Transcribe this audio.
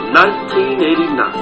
1989